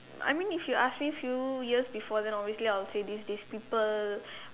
I mean if you ask me few years before then obviously I will say this this people